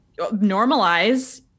normalize